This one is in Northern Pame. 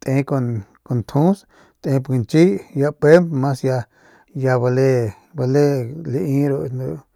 te kun njus ya tep gañchiy y ya pejemp ya mas ya ya ya bale bale lai ru.